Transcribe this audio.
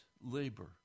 labor